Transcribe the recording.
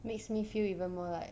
makes me feel even more like